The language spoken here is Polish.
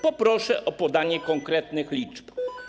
Poproszę o podanie konkretnych liczb.